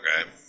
Okay